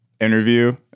interview